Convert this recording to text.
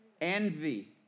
envy